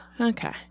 Okay